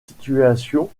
situation